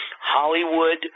Hollywood